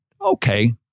Okay